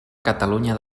catalunya